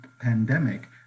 pandemic